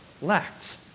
lacked